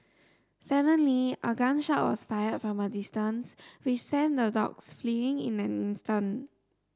suddenly a gun shot was fired from a distance which sent the dogs fleeing in an instant